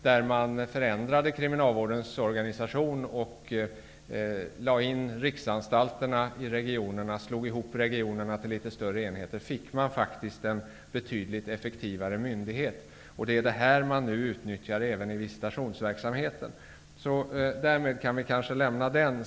Då förändrades kriminalvårdens organisation och riksanstalterna lades in i regionerna och regionerna slogs ihop till litet större enheter. Genom det fick man faktiskt en betydligt effektivare myndighet. Det är detta man nu utnyttjar även i visitationsverksamheten. Därmed kan vi kanske lämna den.